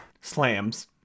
slams